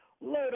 load